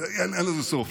אין לזה סוף.